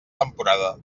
temporada